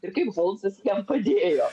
ir kaip holmsas jam padėjo